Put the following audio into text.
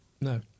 No